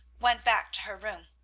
went back to her room.